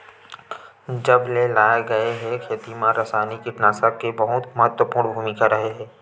जब से लाए गए हे, खेती मा रासायनिक कीटनाशक के बहुत महत्वपूर्ण भूमिका रहे हे